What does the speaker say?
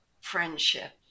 friendship